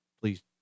please